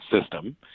system